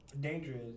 Dangerous